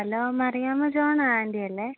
hello Mariyamma John aunty അല്ലേ